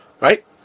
Right